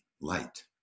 light